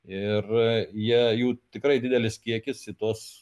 ir jie jų tikrai didelis kiekis į tuos